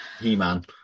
He-Man